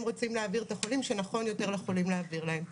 רוצים להעביר את החולים שנכון יותר לחולים להעביר אותם אליהם.